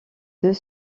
deux